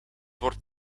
wordt